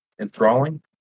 Enthralling